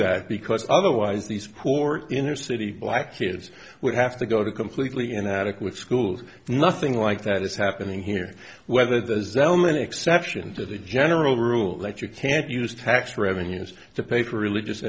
that because otherwise these poor inner city black kids would have to go to completely inadequate schools nothing like that is happening here whether the zelman exception to the general rule that you can't use tax revenues to pay for religious